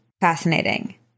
fascinating